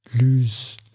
lose